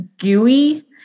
gooey